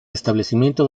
establecimiento